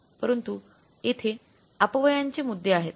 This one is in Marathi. परंतु येथे अपव्ययांचे मुद्दे आहेत